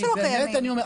באמת אני אומר,